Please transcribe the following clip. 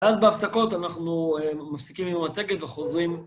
אז בהפסקות אנחנו מפסיקים עם המצגת וחוזרים.